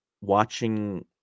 watching